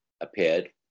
appeared